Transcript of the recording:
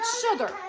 sugar